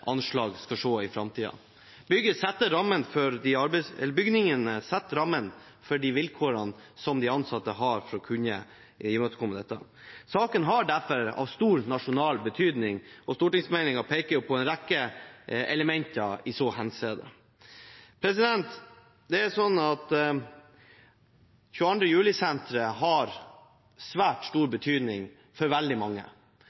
i framtiden. Bygningene setter rammene for de vilkårene som de ansatte har for å kunne imøtekomme dette. Saken er derfor av stor nasjonal betydning, og stortingsmeldingen peker på en rekke elementer i så henseende. 22. juli-senteret har svært stor betydning for veldig mange. Det er derfor en stor glede at